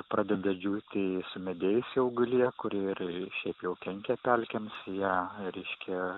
pradeda džiūti sumedėjusi augalija kuri ir šiaip jau kenkia pelkėms ją reiškia